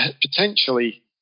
potentially